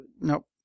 Nope